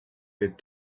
bit